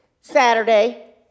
Saturday